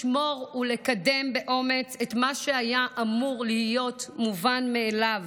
לשמור ולקדם באומץ את מה שהיה אמור להיות מובן מאליו: